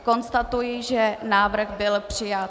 Konstatuji, že návrh byl přijat.